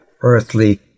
earthly